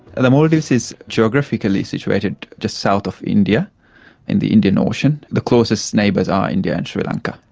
and the maldives is geographically situated just south of india in the indian ocean. the closest neighbours are india and sri lanka.